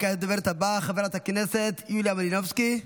וכעת לדוברת הבאה, חברת הכנסת יוליה מלינובסקי.